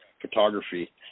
photography